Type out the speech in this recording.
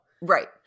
Right